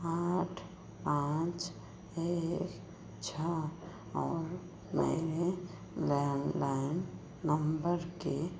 आठ पाँच एक छः और मैंने लैंडलाइन नंबर के